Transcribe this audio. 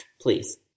Please